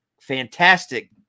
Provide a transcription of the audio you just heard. fantastic